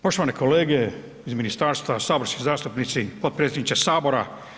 Poštovane kolege iz Ministarstva, saborski zastupnici, potpredsjedniče Sabora.